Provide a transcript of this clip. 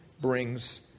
brings